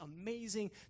amazing